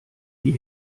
die